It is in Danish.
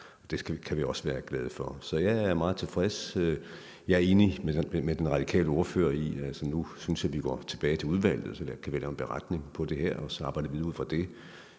Det kan vi også være glade for. Så jeg er meget tilfreds. Jeg er enig med den radikale ordfører. Nu synes jeg, at vi går tilbage til udvalget, og så kan vi lave en beretning om det her og så arbejde videre ud fra det